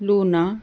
luna